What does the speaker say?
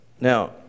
Now